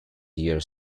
year